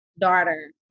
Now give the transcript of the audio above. daughter